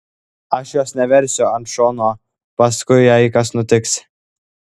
aš jos neversiu ant šono paskui jei kas nutiks